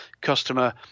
customer